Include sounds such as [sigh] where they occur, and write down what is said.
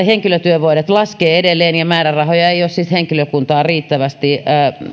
[unintelligible] henkilötyövuodet laskevat edelleen ja määrärahoja henkilökuntaan ei ole riittävästi